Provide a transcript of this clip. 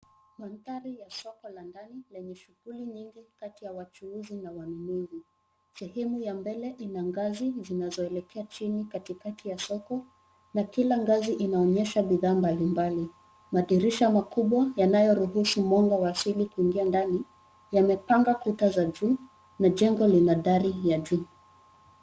Mandhari ya soko la ndani lenye shughuli nyingi kati ya wachuuzi na wanunuzi. Sehemu ya mbele ina ngazi zinazoelekea chini katikati ya soko na kila ngazi inaonyesha bidhaa mbalimbali. Madirisha makubwa yanayoruhusu mwanga wa asili kuingia ndani yamepanga kuta za juu na jengo lina dari ya juu.